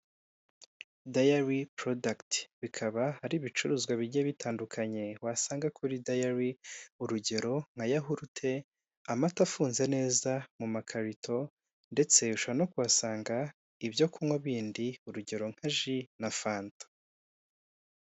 Dayari porodagiti. Bikaba ari ibicuruzwa bigiye bitandukanye wasanga kuri dayari, urugero; nka yahurute, amata afunze neza mu makarito, ndetse ushobora no kuhasanga ibyo kunywa ibindi, urugero nka ji na fanta.